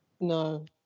No